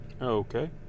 Okay